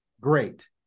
great